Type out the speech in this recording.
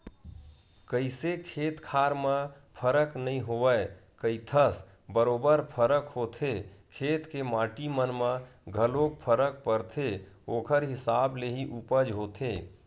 कइसे खेत खार म फरक नइ होवय कहिथस बरोबर फरक होथे खेत के माटी मन म घलोक फरक परथे ओखर हिसाब ले ही उपज होथे